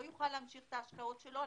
לא יוכל להמשיך את ההשקעות שלו.